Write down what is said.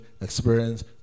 experience